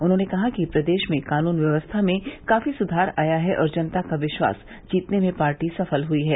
उन्होंने कहा कि प्रदेश में कानून व्यवस्था में काफी सुधार आया है और जनता का विश्वास जीतने में पार्टी सफल हुई है